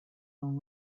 own